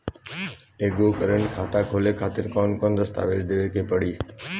एगो करेंट खाता खोले खातिर कौन कौन दस्तावेज़ देवे के पड़ी?